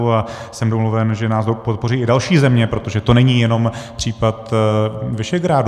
A jsem domluven, že nás podpoří i další země, protože to není jenom případ Visegrádu.